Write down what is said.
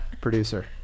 Producer